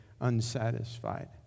unsatisfied